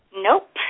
Nope